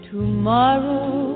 Tomorrow